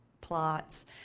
plots